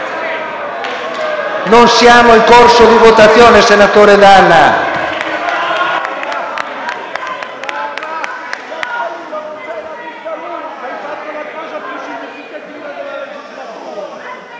Non siamo in corso di votazione, senatore D'Anna.